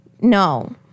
no